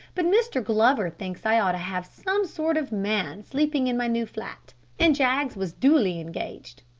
but mr. glover thinks i ought to have some sort of man sleeping in my new flat and jaggs was duly engaged.